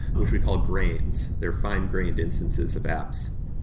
which we call grains. they're fine-grained instances of apps.